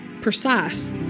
precise